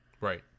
Right